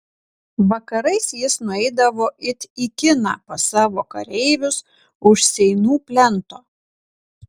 vakarais jis nueidavo it į kiną pas savo kareivius už seinų plento